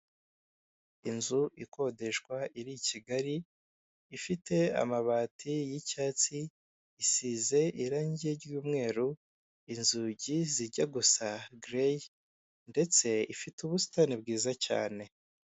Inzu ikodeshwa iri I Kigali ifite amabati y'icyatsi isize irange ry'umweru inzugi zijya gusa gereyi ndetse ifite ubusitani bwiza cyane.